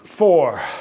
Four